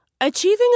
Achieving